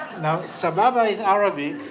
now sababa is arabic